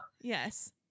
Yes